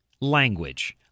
language